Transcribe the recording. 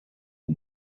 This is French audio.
aux